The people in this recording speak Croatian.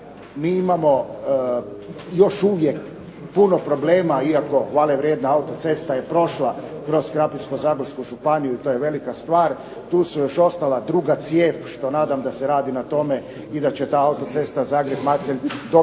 mi imamo još uvijek puno problema iako hvale vrijedna autocesta je prošla kroz Krapinsko-zagorsku županiju i to je velika stvar. Tu su još ostala druga cijev, što se nadam da se radi na tome i da će ta autocesta Zagreb-Macelj dobiti